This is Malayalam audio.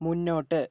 മുന്നോട്ട്